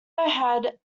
had